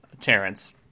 Terrence